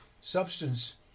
substance